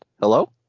Hello